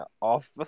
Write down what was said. off